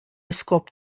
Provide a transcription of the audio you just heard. iskop